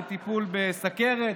לטיפול בסוכרת,